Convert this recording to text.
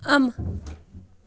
اَمہٕ